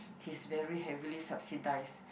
he's very heavily subsidized